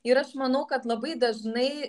ir aš manau kad labai dažnai